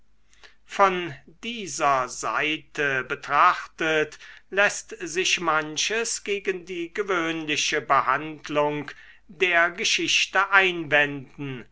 von dieser seite betrachtet läßt sich manches gegen die gewöhnliche behandlung der geschichte einwenden